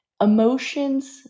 emotions